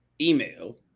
email